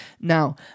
Now